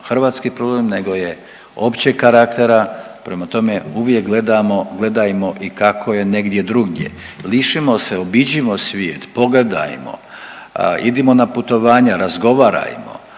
hrvatski problem, nego je općeg karaktera, prema tome, uvijek gledamo, gledajmo i kako je negdje drugdje. Lišimo se, obiđimo svijet, pogledajmo, idimo na putovanja, razgovarajmo